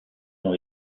ont